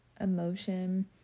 emotion